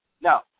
Now